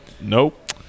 Nope